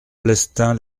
plestin